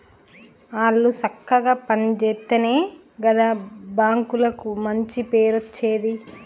ఆళ్లు సక్కగ పని జేత్తెనే గదా బాంకులకు మంచి పేరచ్చేది